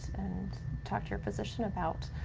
and talk to your physician about.